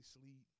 sleep